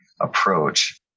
approach